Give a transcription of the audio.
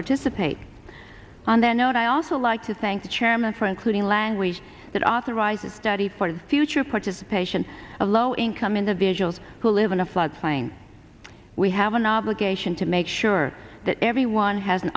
participate and then note i also like to thank the chairman for including language that authorizes study for the future participation of low income individuals who live in a flood plain we have an obligation to make sure that everyone has an